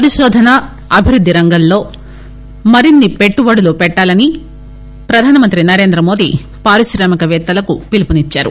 పరికోధన అభివృద్దిరంగంలో మరిన్ని పెట్టుబడులు పెట్టాలని ప్రధానమంత్రి నరేంద్రమోదీ పారిక్రామికపేత్తలకు పిలుపునిచ్చారు